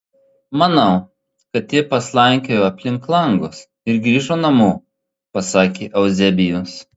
manau kad ji paslankiojo aplink langus ir grįžo namo pasakė euzebijus